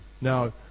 Now